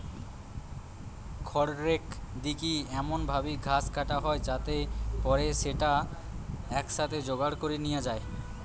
খড়রেক দিকি এমন ভাবি ঘাস কাটা হয় যাতে পরে স্যাটা একসাথে জোগাড় করি নিয়া যায়